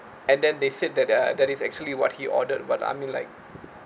and then they said that uh that is actually what he ordered but I mean like